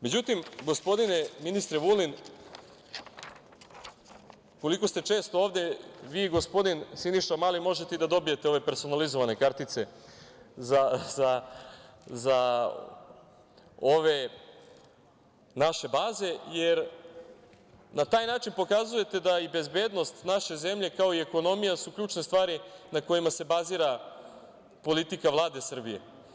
Međutim, gospodine ministre Vulin, koliko ste često ovde vi i gospodin Siniša Mali, vi možete i da dobijete ove personalizovane kartice za ove naše baze, jer na taj način pokazujete da bezbednost naše zemlje, kao i ekonomija, su ključne stvari na kojima se bazira politika Vlade Srbije.